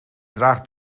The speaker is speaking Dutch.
draagt